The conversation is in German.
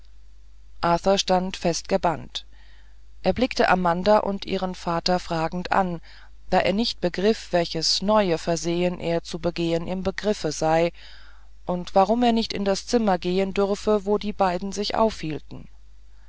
arthur stand festgebannt er blickte amanda und ihren vater fragend an da er nicht begriff welches neue versehen er zu begehen im begriff sei und warum er nicht in das zimmer gehen dürfe wo die beiden sich aufhielten